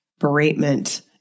beratement